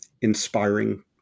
inspiring